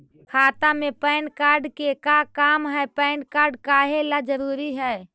खाता में PAN card के का काम है पैन कार्ड काहे ला जरूरी है?